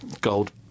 gold